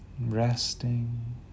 Resting